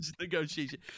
negotiation